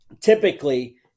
typically